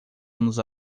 anos